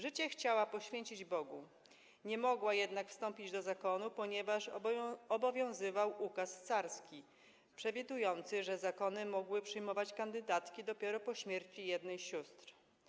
Życie chciała poświęcić Bogu, jednak nie mogła wstąpić do zakonu, ponieważ obowiązywał ukaz carski przewidujący, że zakony mogły przyjmować kandydatki dopiero po śmierci jednej z sióstr.